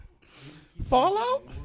Fallout